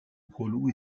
grelots